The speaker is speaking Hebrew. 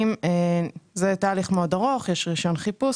וזה תהליך מאוד ארוך: יש קודם רישיון חיפוש